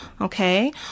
okay